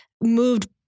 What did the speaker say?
moved